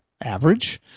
average